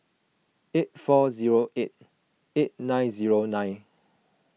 eight four zero eight eight nine zero nine